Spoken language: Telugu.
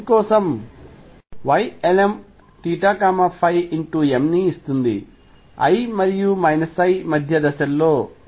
m ని ఇస్తుంది l మరియు l మధ్య దశల్లో 1